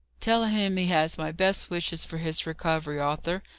tell him he has my best wishes for his recovery, arthur,